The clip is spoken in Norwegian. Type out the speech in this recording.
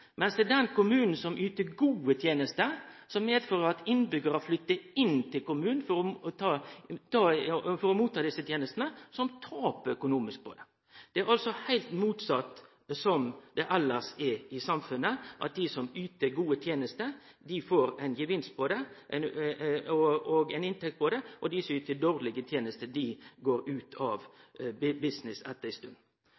er den kommunen som yter gode tenester, som medfører at innbyggjarar flyttar inn til kommunen for å ta imot desse tenestene, som taper økonomisk på det. Det er altså heilt motsett av slik det er elles i samfunnet – at dei som yter gode tenester, får ein gevinst og ei inntekt av det, og dei som yter dårlege tenester, går ut av